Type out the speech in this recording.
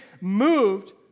moved